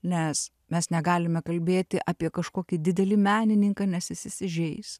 nes mes negalime kalbėti apie kažkokį didelį menininką nes jis įsižeis